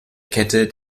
kette